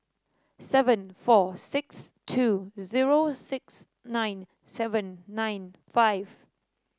seven four six two zero six nine seven nine five